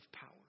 power